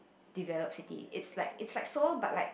developed city it's like it's like Seoul but like